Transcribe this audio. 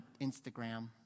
Instagram